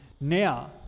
now